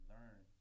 learn